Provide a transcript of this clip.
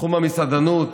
בתחום המסעדנות,